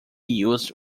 used